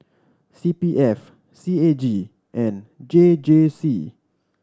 C P F C A G and J J C